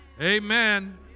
Amen